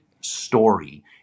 story